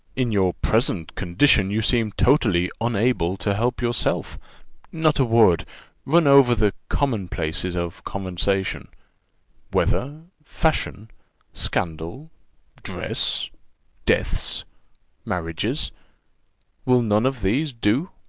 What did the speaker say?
in your present condition, you seem totally unable to help yourself not a word run over the common-places of conversation weather fashion scandal dress deaths marriages will none of these do?